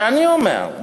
ואני אומר,